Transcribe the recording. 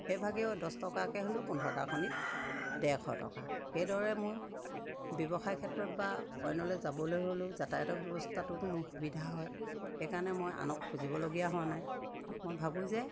সেইভাগেও দছ টকাকে হ'লেও পোন্ধৰটা কণীত ডেৰশ টকা সেইদৰে মোৰ ব্যৱসায় ক্ষেত্ৰত বা অইনলে যাবলৈ হ'লেও যাতায়ত ব্যৱস্থাটোতো মোৰ সুবিধা হয় সেইকাৰণে মই আনক খুজিবলগীয়া হোৱা নাই মই ভাবোঁ যে